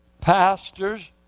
pastors